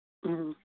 ᱦᱮᱸ